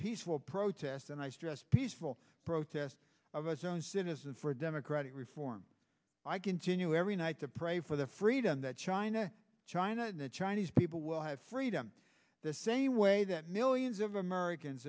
peaceful protests and i stress peaceful protest of us own citizens for democratic reform i continue every night to pray for the freedom that china china the chinese people will have freedom the same way that millions of americans